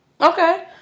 Okay